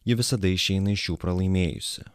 ji visada išeina iš jų pralaimėjusi